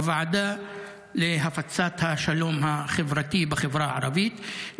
הוועדה להפצת השלום החברתי בחברה הערבית,